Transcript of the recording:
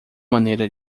maneira